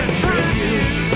tribute